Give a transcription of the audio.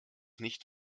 nicht